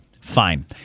Fine